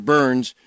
Burns